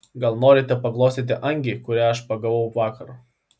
gal norite paglostyti angį kurią aš pagavau vakar